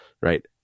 right